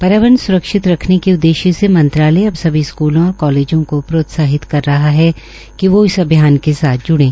पर्यावरण स्रक्षित रखने के उद्देश्य से मंत्रालय अब सभी स्कूलों और कालेजों को प्रोत्साहित कर रहा है कि वोह इस अभियान के साथ ज्ड़े